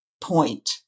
point